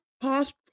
past